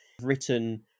written